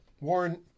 Warren